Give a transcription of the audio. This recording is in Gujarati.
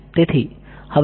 આ સમીકરણ છે